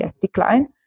decline